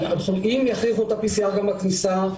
ה-PCR בכניסה,